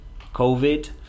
COVID